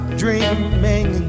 dreaming